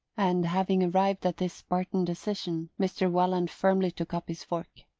and having arrived at this spartan decision mr. welland firmly took up his fork.